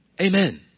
Amen